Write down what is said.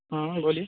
हाँ हाँ बोलिए